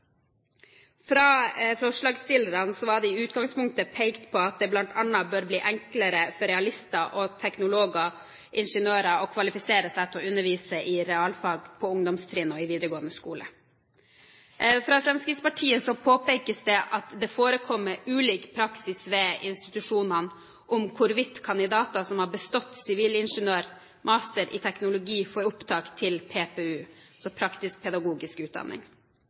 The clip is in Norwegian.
Fra forslagsstillerne var det i utgangspunktet pekt på at det bl.a. bør bli enklere for realister og teknologer/ingeniører å kvalifisere seg til å undervise i realfag på ungdomstrinnet og i videregående skole. Fra Fremskrittspartiet påpekes det at det forekommer ulik praksis ved institusjonene om hvorvidt kandidater som har bestått sivilingeniør/master i teknologi, får opptak til PPU, altså praktisk-pedagogisk utdanning.